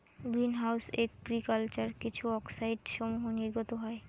green house agriculture কিছু অক্সাইডসমূহ নির্গত হয়